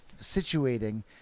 situating